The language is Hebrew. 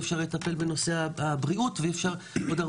הבריאות ועוד תחומים